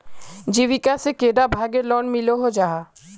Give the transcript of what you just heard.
जीविका से कैडा भागेर लोन मिलोहो जाहा?